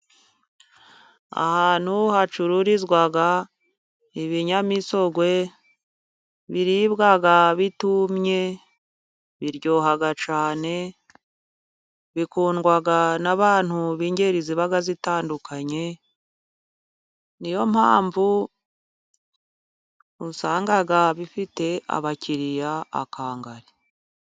Ahantu hacururizwa ibinyamisogwe biribwa bitumye, biryoha cyane, bikundwa n'abantu b'ingeri ziba zitandukanye. Niyo mpamvu usanga bifite abakiriya akangari.